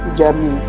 journey